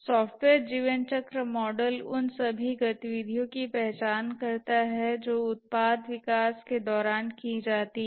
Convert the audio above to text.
software जीवन चक्र model उन सभी गतिविधियों की पहचान करता है जो उत्पाद विकास के दौरान की जाती हैं